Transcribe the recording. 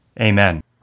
Amen